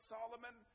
Solomon